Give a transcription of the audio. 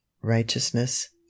righteousness